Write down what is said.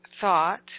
thought